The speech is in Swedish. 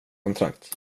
kontrakt